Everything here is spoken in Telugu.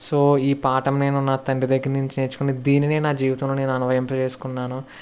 సో ఈ పాఠం నేను నా తండ్రి దగ్గర నుంచి నేర్చుకుని దీనిని నా జీవితంలో అనువహింప చేసుకున్నాను